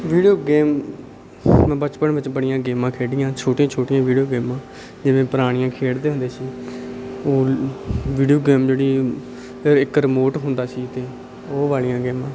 video game ਮੈਂ ਬਚਪਨ ਵਿੱਚ ਬੜੀਆਂ ਗੇਮਾਂ ਖੇਡੀਆਂ ਛੋਟੀਆਂ ਛੋਟੀਆਂ ਵੀਡੀਓ ਗੇਮਾਂ ਜਿਵੇਂ ਪੁਰਾਣੀਆਂ ਖੇਡਦੇ ਹੁੰਦੇ ਸੀ ਉਹ ਵੀਡੀਓ ਗੇਮ ਜਿਹੜੀ ਇੱਕ ਰਮੋਟ ਹੁੰਦਾ ਸੀ ਅਤੇ ਉਹ ਵਾਲੀਆਂ ਗੇਮਾਂ